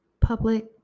public